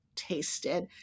tasted